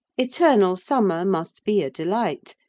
eternal summer must be a delight,